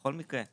בכל מקרה.